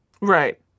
Right